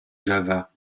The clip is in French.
java